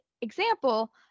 example